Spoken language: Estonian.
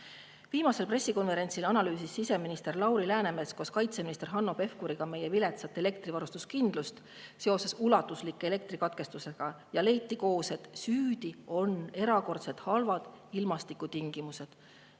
Viimasel pressikonverentsil analüüsis siseminister Lauri Läänemets koos kaitseminister Hanno Pevkuriga meie viletsat elektrivarustuskindlust seoses ulatuslike elektrikatkestustega. Koos leiti, et süüdi on erakordselt halvad ilmastikutingimused,